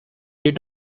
did